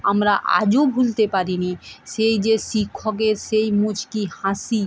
আমরা আজও ভুলতে পারি নি সেই যে শিক্ষকের সেই মুচকি হাসি